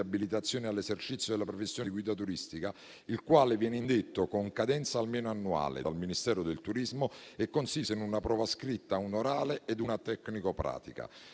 abilitazione all'esercizio della professione di guida turistica (il quale viene indetto con cadenza almeno annuale dal Ministero del turismo e consiste in una prova scritta, una orale ed una tecnico-pratica);